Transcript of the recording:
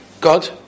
God